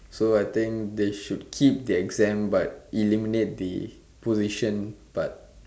so I think they should keep the exams but eliminate the position part